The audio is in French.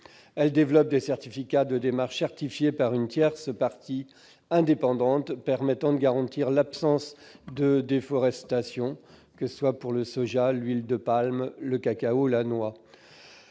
Il existe des certifications et des démarches certifiées par une tierce partie indépendante permettant de garantir l'absence de déforestation, que ce soit pour le soja, l'huile de palme, le cacao, la noix.